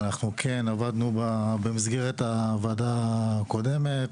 אבל אנחנו כן עבדנו במסגרת הוועדה הקודמת,